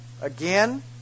Again